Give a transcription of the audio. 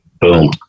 boom